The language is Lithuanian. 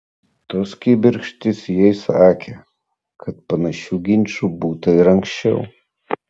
tos kibirkštys jai sakė kad panašių ginčų būta ir anksčiau